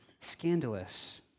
scandalous